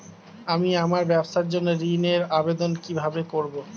আমি আমার ব্যবসার জন্য ঋণ এর আবেদন কিভাবে করব?